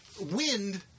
wind